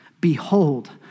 Behold